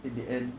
in the end